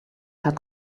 hat